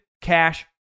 cash